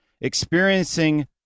Experiencing